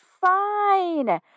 fine